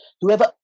whoever